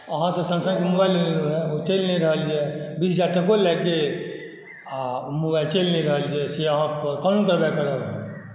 अहाँ जे सैमसंगके मोबाईल लेने रहियै ओ चलि नहि रहल यऽ बीस हजार टको लागि गेल आ मोबाईल चलि नहि रहल यऽ कोन उपाय करब हम